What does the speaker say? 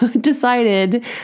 decided